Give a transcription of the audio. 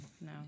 No